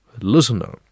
Listener